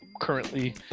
currently